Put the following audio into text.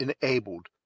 enabled